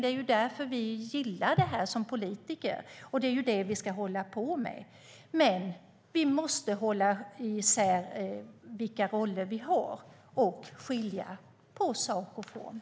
Det är därför vi som politiker gillar det här - och det är det vi ska hålla på med - men vi måste hålla isär vilka roller vi har och skilja på sak och form.